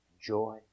joy